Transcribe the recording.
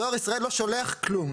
דואר ישראל לא שולח כלום.